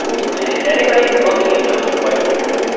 so is anybody looking at those twice a year